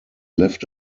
left